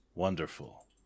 Wonderful